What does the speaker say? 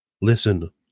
Listen